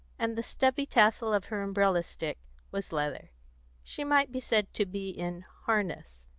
and the stubby tassel of her umbrella stick was leather she might be said to be in harness.